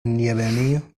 اليابانية